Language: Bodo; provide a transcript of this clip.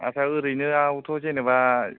आदसा ओरैनोयावथ' जेन'बा